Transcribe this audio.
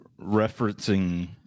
referencing